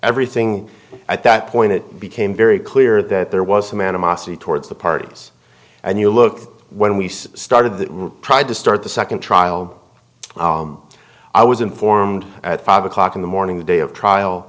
everything at that point it became very clear that there was some animosity towards the parties and you look when we started that we tried to start the second trial i was informed at five o'clock in the morning the day of trial